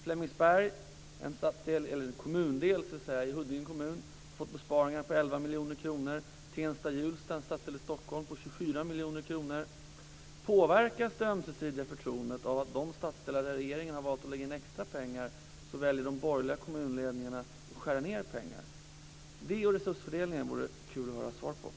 Flemingsberg, en kommundel i Huddinge, har fått besparingar på 11 miljoner kronor och Tensta-Hjulsta, en stadsdel i Stockholm, har fått besparingar på 24 miljoner kronor. Påverkas det ömsesidiga förtroendet av att i de stadsdelar där regeringen valt att lägga in extra pengar väljer de borgerliga kommunledningarna att göra ekonomiska nedskärningar? Det och resursfördelningen vore det kul att få svar om.